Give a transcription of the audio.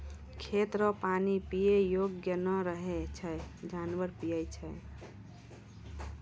खेत रो पानी पीयै योग्य नै रहै छै जानवर पीयै छै